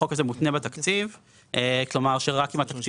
החוק הזה מותנה בתקציב; רק אם התקציב